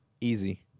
Easy